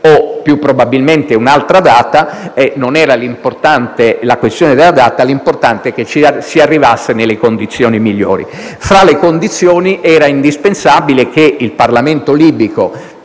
o più probabilmente un'altra data; non era importante la questione della data, ma era importante che ci si arrivasse nelle condizioni migliori. Fra le condizioni, era indispensabile che il Parlamento libico,